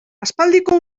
aspaldiko